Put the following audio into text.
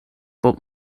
bob